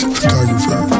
photographer